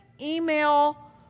email